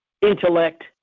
intellect